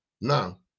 now